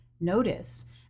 notice